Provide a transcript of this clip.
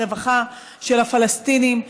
הרווחה של הפלסטינים.